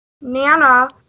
Nana